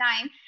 time